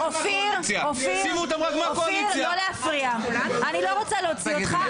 --- אופיר, אני לא רוצה להוציא אותך.